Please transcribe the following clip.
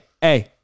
hey